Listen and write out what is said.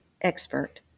expert